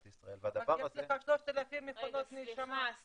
ישראל והדבר הזה --- יש 3,000 מכונות הנשמה.